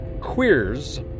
queers